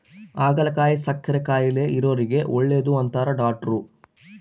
ಹಾಗಲಕಾಯಿ ಸಕ್ಕರೆ ಕಾಯಿಲೆ ಇರೊರಿಗೆ ಒಳ್ಳೆದು ಅಂತಾರ ಡಾಟ್ರು